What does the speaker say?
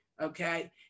Okay